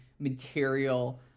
material